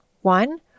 One